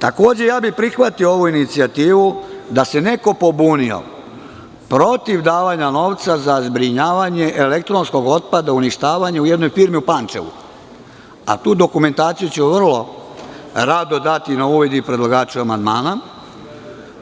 Takođe bih prihvatio ovu inicijativu da se neko pobunio protiv davanja novca za zbrinjavanje elektronskog otpada, uništavanje u jednoj firmi u Pančevu, a tu dokumentaciju ću vrlo dati na uvid i predlagaču amandmana,